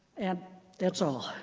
and that's all.